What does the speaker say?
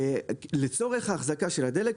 לצורך ההחזקה של הדלק,